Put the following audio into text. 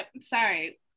sorry